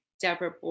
Deborah